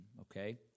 okay